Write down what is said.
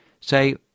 say